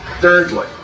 Thirdly